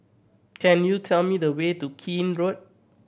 could you tell me the way to Keene Road